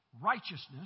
righteousness